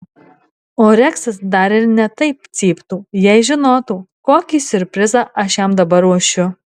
o reksas dar ir ne taip cyptų jei žinotų kokį siurprizą aš jam dabar ruošiu